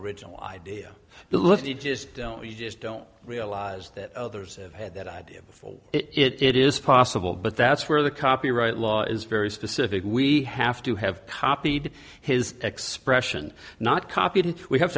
original idea but let me just you just don't realize that others have had that idea before it is possible but that's where the copyright law is very specific we have to have copied his expression not copied it we have